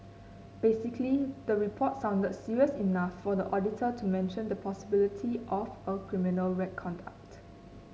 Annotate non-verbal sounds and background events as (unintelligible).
basically the report sounded serious enough for the auditor to mention the possibility of a criminal (unintelligible) conduct